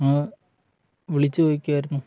ആ വിളിച്ചു ചോദിക്കുകയായിരുന്നു